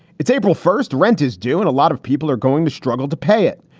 it's april first. rent is due and a lot of people are going to struggle to pay it.